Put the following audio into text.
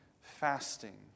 fasting